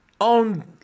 on